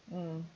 mm